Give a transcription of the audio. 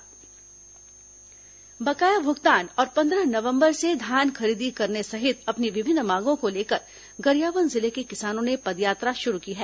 गरियाबंद किसान पदयात्रा बकाया भुगतान और पंद्रह नवंबर से धान खरीदी करने सहित अपनी विभिन्न मांगों को लेकर गरियाबंद जिले के किसानों ने पदयात्रा शुरू की है